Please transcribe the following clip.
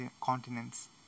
continents